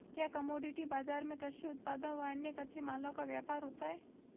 क्या कमोडिटी बाजार में कृषि उत्पादों व अन्य कच्चे मालों का व्यापार होता है?